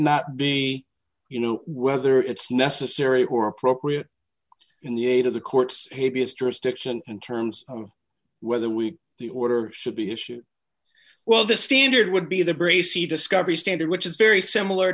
not be you know whether it's necessary or appropriate in the age of the courts hippias jurisdiction in terms of whether we the order should be issued well the standard would be the bracy discovery standard which is very similar